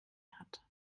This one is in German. hat